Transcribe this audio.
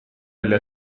delle